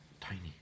Tiny